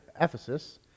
Ephesus